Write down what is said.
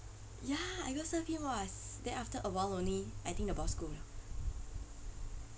ya I go serve him !wah! s~ then after a while only I think the boss go